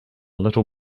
little